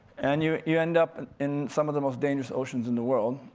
and you you end up in some of the most dangerous oceans in the world.